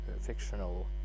fictional